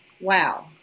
Wow